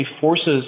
forces